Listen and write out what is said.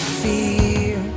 fear